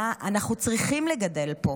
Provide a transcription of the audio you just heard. מה אנחנו צריכים לגדל פה?